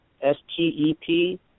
S-T-E-P